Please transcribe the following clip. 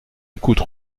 écoute